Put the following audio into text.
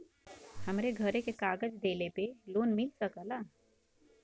हमरे घरे के कागज दहिले पे लोन मिल सकेला?